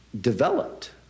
developed